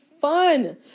fun